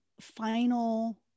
final